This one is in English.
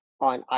on